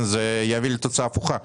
זה יביא לתוצאה הפוכה.